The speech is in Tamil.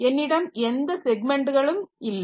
என்னிடம் எந்த ஸெக்மென்ட்களும் இல்லை